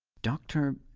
doctor,